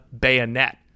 bayonet